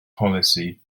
polisi